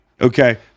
Okay